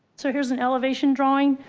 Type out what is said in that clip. so here's an elevation drawing.